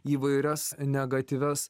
įvairias negatyvias